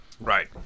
Right